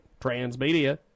Transmedia